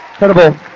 Incredible